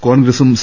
കോൺഗ്രസും സി